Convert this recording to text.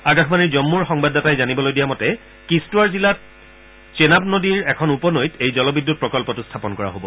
আকাশবাণীৰ জম্মুৰ সংবাদদাতাই জানিবলৈ দিয়া মতে কিষ্টোৱাৰ জিলাত চেনাব নদীৰ এখন উপনৈত এই জলবিদ্যুৎ প্ৰকল্পটো স্থাপন কৰা হ'ব